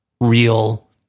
real